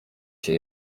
się